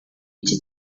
iki